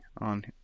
on